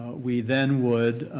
we then would